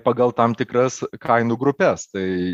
pagal tam tikras kainų grupes tai